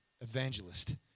Evangelist